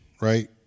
right